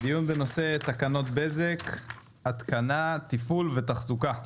הדיון בנושא תקנות בזק (התקנה, תפעול והחזקה),